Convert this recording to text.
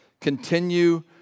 continue